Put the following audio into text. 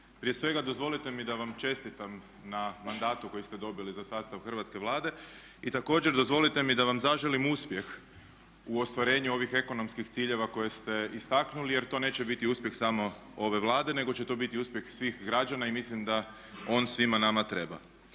prije svega dozvolite mi da vam čestitam na mandatu koji ste dobili za sastav Hrvatske vlade i također dozvolite mi da vam zaželim uspjeh u ostvarenju ovih ekonomskih ciljeva koje ste istaknuli jer to neće biti uspjeh samo ove Vlade nego će to biti uspjeh svih građana i mislim da on svima nama treba.